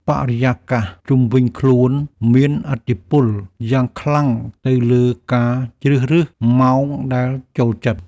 បរិយាកាសជុំវិញខ្លួនមានឥទ្ធិពលយ៉ាងខ្លាំងទៅលើការជ្រើសរើសម៉ោងដែលចូលចិត្ត។